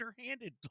underhanded